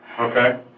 Okay